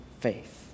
faith